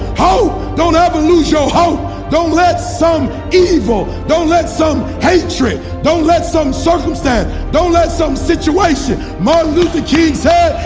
hope! don't ever lose your hope don't let some evil don't let some hatred don't let some circumstance don't let some situation martin luther king said,